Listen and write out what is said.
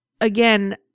again